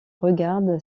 regarde